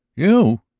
you?